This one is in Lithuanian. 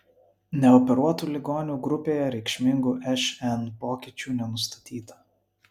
neoperuotų ligonių grupėje reikšmingų šn pokyčių nenustatyta